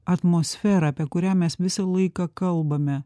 atmosferą apie kurią mes visą laiką kalbame